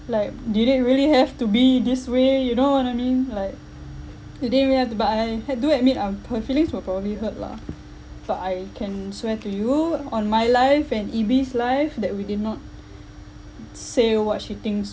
like did it really have to be this way you know what I mean like you didn't realise but I had do admit I'm her feelings were probably hurt lah but I can swear to you on my life and yi bei's life that we did not say what she thinks